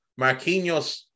Marquinhos